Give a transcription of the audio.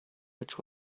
which